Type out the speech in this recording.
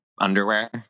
underwear